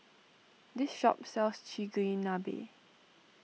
this shop sells Chigenabe